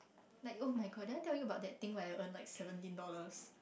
like oh-my-god did I tell you about that thing where I earn like seventeen dollars